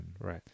Right